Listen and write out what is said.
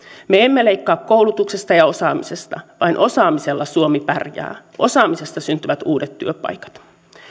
me emme leikkaa koulutuksesta ja osaamisesta vain osaamisella suomi pärjää osaamisesta syntyvät uudet työpaikat